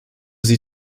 sie